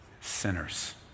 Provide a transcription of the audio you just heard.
sinners